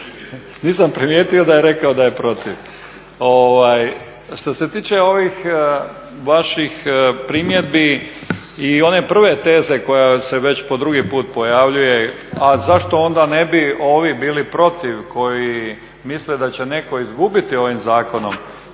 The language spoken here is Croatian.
nisam primijetio da je rekao da je protiv. Što se tiče ovih vaših primjedbi i one prve teze koja se već po drugi put pojavljuje, a zašto onda ovi ne bi bili protiv koji misle da će neko izgubiti ovim zakonom,